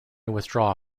withdraw